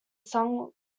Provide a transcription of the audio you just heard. sung